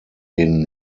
den